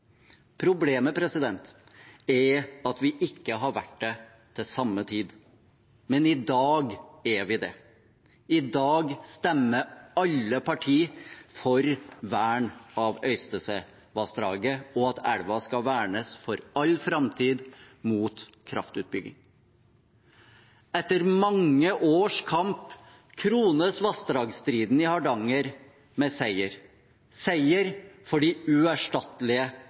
Problemet er at vi ikke har vært det til samme tid. Men i dag er vi det. I dag stemmer alle partier for vern av Øystesevassdraget for at elven for all framtid skal vernes mot kraftutbygging. Etter mange års kamp krones vassdragsstriden i Hardanger med seier – seier for de uerstattelige